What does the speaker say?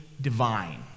divine